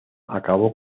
acabó